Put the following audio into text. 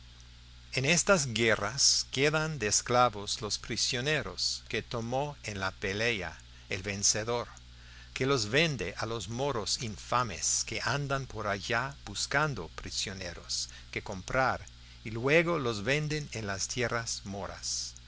en estas guerras quedan de esclavos los prisioneros que tomó en la pelea el vencedor que los vende a los moros infames que andan por allá buscando prisioneros que comprar y luego los venden en las tierras moras